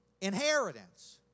inheritance